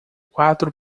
quatro